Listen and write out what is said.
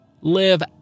Live